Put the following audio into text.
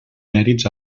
mèrits